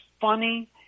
funny